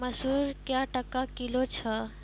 मसूर क्या टका किलो छ?